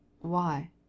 Why